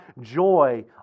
joy